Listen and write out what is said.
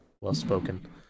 well-spoken